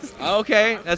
Okay